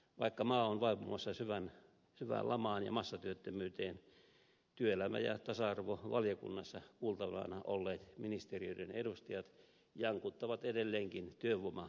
vaikka maa on vaipumassa syvään lamaan ja massatyöttömyyteen työelämä ja tasa arvovaliokunnassa kuultavana olleet ministeriöiden edustajat jankuttavat edelleenkin työvoimapulasta